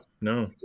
No